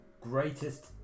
greatest